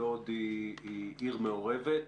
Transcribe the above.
לוד היא עיר מעורבת.